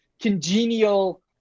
congenial